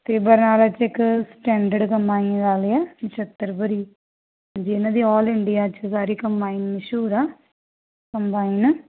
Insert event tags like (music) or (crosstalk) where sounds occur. ਅਤੇ (unintelligible) standard combine ਵਾਲੇ ਆ (unintelligible) ਹਾਂਜੀ ਇਹਨਾਂ ਦੀ ਆਲ ਇੰਡੀਆ 'ਚ ਸਾਰੀ ਕੰਬਾਈਨ ਮਸ਼ਹੂਰ ਆ ਕੰਬਾਈਨ